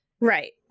Right